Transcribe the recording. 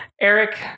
Eric